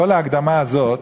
כל ההקדמה הזאת